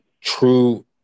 true